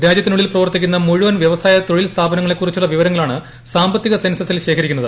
രാജ്യത്തിനുള്ളിൽ പ്രവർത്തിക്കുന്ന തൊഴിൽ സ്ഥാപനങ്ങളെക്കുറിച്ചുളള വിവരങ്ങ്ളാണ് സാമ്പത്തിക സെൻസസിൽ ശേഖരിക്കുന്നത്